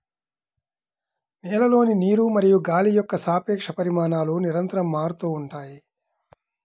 నేలలోని నీరు మరియు గాలి యొక్క సాపేక్ష పరిమాణాలు నిరంతరం మారుతూ ఉంటాయి